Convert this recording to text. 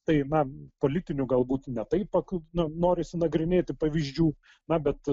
tai na politinių galbūt ne taip na norisi nagrinėti pavyzdžių na bet